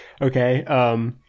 Okay